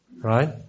Right